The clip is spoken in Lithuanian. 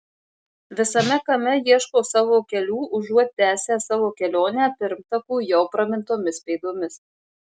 visame kame ieško savo kelių užuot tęsę savo kelionę pirmtakų jau pramintomis pėdomis